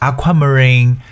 Aquamarine